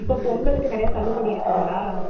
இப்போ பொங்கலுக்கு நிறையா தள்ளுபடி இருக்குங்களா